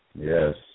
Yes